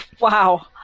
Wow